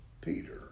Peter